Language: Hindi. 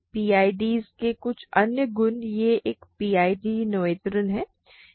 पीआईडी के कुछ अन्य गुण यह है कि एक पीआईडी नोथेरियन है